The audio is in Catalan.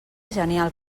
genial